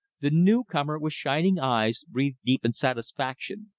the newcomer, with shining eyes, breathed deep in satisfaction.